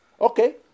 okay